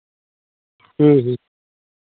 ᱦᱮᱸ ᱦᱮᱸ